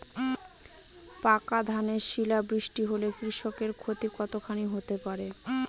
পাকা ধানে শিলা বৃষ্টি হলে কৃষকের ক্ষতি কতখানি হতে পারে?